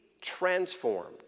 transformed